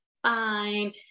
fine